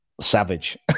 savage